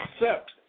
accept